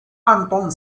anton